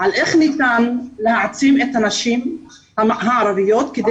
על איך ניתן להעצים את הנשים הערביות כדי